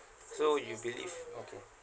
so you believe okay